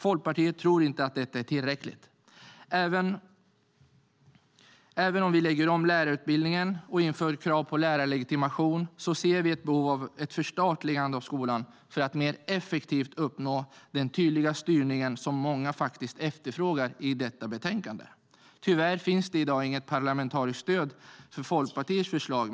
Folkpartiet tror inte att detta är tillräckligt. Även om vi lägger om lärarutbildningen och inför krav på lärarlegitimation ser vi ett behov av ett förstatligande av skolan för att mer effektivt uppnå den tydliga styrningen som många faktiskt efterfrågar i detta betänkande. Tyvärr finns det i dag inget parlamentariskt stöd för Folkpartiets förslag.